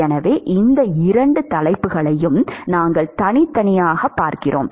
எனவே இந்த இரண்டு தலைப்புகளையும் நாங்கள் தனித்தனியாகப் பார்க்கிறோம்